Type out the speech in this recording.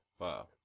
Wow